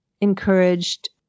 encouraged